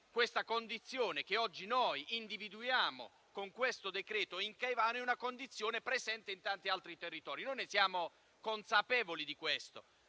che la condizione che noi oggi individuiamo con questo decreto in Caivano è presente anche in tanti altri territori. Noi siamo consapevoli di questo,